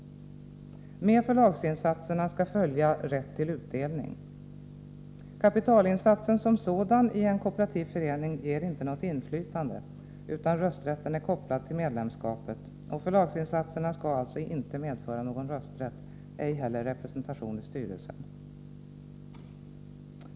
Med förlagsinsatserna skall följa rätt till utdelning. Kapitalinsatsen som sådan i en kooperativ förening ger inte något inflytande, utan rösträtten är kopplad till medlemskapet och förlagsinsatserna skall alltså inte medföra någon rösträtt, ej heller representation i styrelsen.